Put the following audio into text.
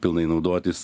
pilnai naudotis